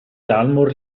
dalmor